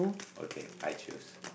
okay I choose